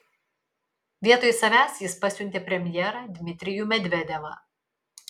vietoj savęs jis pasiuntė premjerą dmitrijų medvedevą